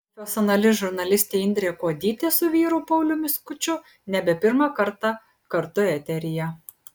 profesionali žurnalistė indrė kuodytė su vyru pauliumi skuču nebe pirmą kartą kartu eteryje